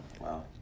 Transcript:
Wow